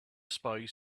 spies